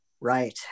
Right